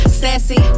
sassy